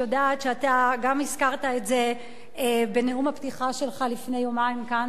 יודעת שאתה גם הזכרת את זה בנאום הפתיחה שלך לפני יומיים כאן,